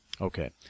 Okay